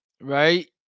right